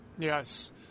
Yes